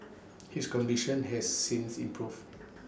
his condition has since improved